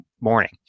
morning